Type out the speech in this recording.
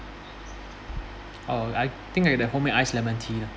oh I think the homemade ice lemon tea lah